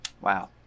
wow